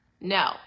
No